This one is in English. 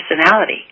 personality